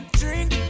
drink